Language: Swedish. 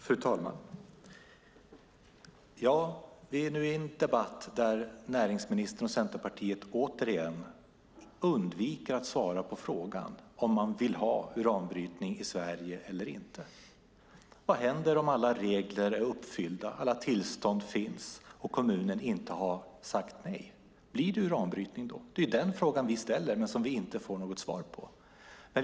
Fru talman! Vi för nu en debatt där näringsministern och Centerpartiet återigen undviker att svara på frågan om man vill ha uranbrytning i Sverige eller inte. Vad händer om alla regler är uppfyllda, alla tillstånd finns och kommunen inte har sagt nej? Blir det uranbrytning då? Det är den frågan vi ställer, men vi får inte något svar på den.